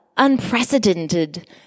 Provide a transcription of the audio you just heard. unprecedented